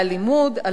על הספרים,